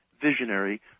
visionary